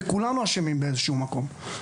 וכולנו אשמים באיזה שהוא מקום.